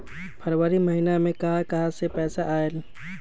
फरवरी महिना मे कहा कहा से पैसा आएल?